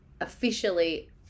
officially